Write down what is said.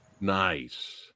Nice